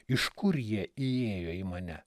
iš kur jie įėjo į mane